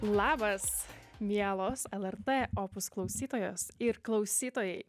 labas mielos lrt opus klausytojos ir klausytojai